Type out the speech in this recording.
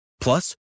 Plus